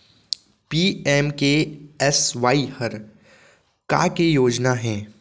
PMKSY हर का के योजना हे?